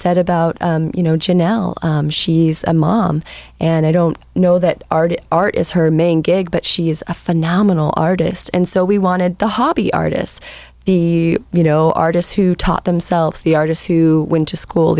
said about you know jenelle she's a mom and i don't know that art art is her main gig but she is a phenomenal artist and so we wanted the hobby artists be you know artists who taught themselves the artists who went to school